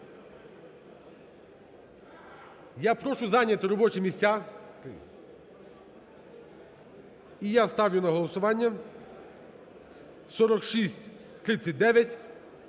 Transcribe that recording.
Я прошу зайняти робочі місця. І я ставлю на голосування 4639